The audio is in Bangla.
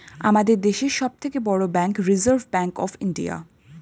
আমাদের দেশের সব থেকে বড় bank reserve bank of India